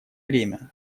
время